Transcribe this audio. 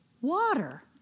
Water